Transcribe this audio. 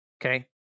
Okay